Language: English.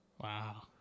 Wow